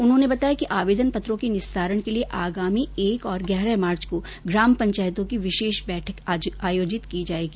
उन्होंने बताया कि आवेदन पत्रों के निस्तारण के लिए आगामी एक और ग्यारह मार्च को ग्राम पंचायतों की विशेष बैठक आयोजित की जाएगी